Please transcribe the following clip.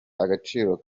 agaciro